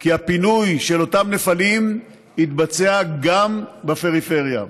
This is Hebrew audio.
כי הפינוי של אותם נפלים יתבצע גם בפריפריה.